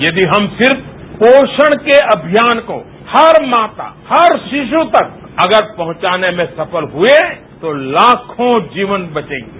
यदि हम सिर्फ पोषण के अभियान को हर माता हर शिशु तक अगर पहुंचाने में सफल हुए तो लाखों जीवन बचेंगे